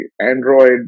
Android